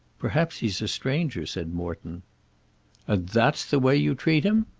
perhaps he's a stranger, said morton. and that's the way you treat him!